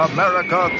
America